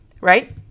right